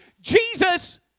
Jesus